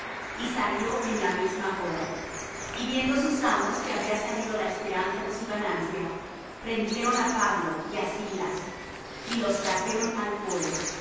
y salió en la misma hora y viendo sus amos que había salido la esperanza de su ganancia prendieron á pablo y á silas y los trajeron al foro